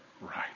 Right